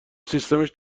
سیمش